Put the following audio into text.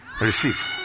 Receive